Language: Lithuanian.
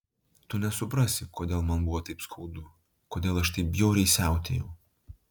tu nesuprasi kodėl man buvo taip skaudu kodėl aš taip bjauriai siautėjau